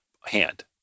hand